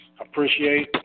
appreciate